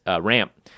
ramp